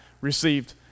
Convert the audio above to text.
received